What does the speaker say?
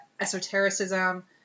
esotericism